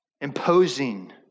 imposing